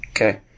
Okay